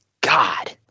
God